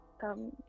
come